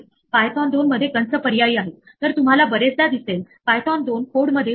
म्हणून पायथोन जेव्हा एखादी एरर ध्वजांकित करतो तेव्हा आपल्याला त्या एरर चा प्रकार आणि निदानविषयक माहिती देखील सांगतो